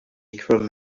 akron